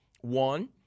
One